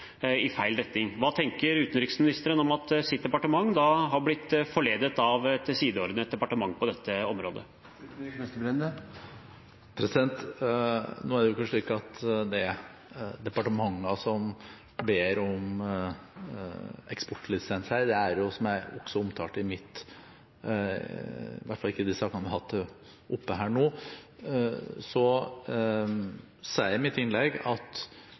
i feil retning. Hva tenker utenriksministeren om at hans departement har blitt forledet av et sideordnet departement på dette området? Nå er det jo ikke slik at det er departementer som ber om eksportlisens, i hvert fall ikke i de sakene vi har hatt oppe her nå. Jeg sa i mitt innlegg at